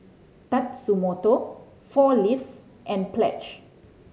Tatsumoto Four Leaves and Pledge